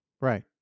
right